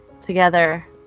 together